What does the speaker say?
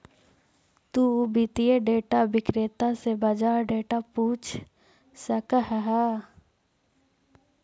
तु वित्तीय डेटा विक्रेता से बाजार डेटा पूछ सकऽ हऽ